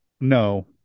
no